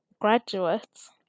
graduates